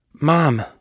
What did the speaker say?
Mom